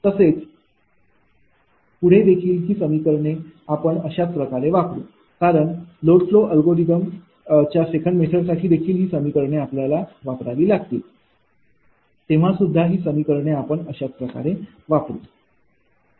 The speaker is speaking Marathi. तसेच पुढे देखील ही समीकरणे आपण अशाच प्रकारे वापरू कारण लोड फ्लो अल्गोरिदम च्या सेकंड मेथडसाठी देखील ही समीकरणे आपल्याला वापरावी लागतील तेव्हा सुद्धा ही समीकरणे आपण अशाच प्रकारे वापरू वापरू